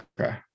Okay